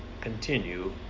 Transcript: continue